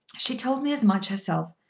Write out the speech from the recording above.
she told me as much herself.